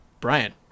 Brian